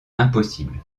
impossible